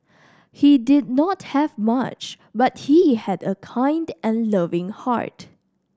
he did not have much but he had a kind and loving heart